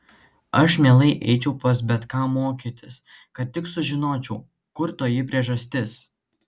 aš mielai eičiau pas bet ką mokytis kad tik sužinočiau kur toji priežastis